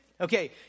Okay